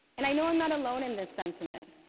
and i know i'm not alone in this sentiment.